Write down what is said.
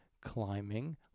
Climbing